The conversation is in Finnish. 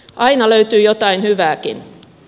aina löytyy jotain hyvääkin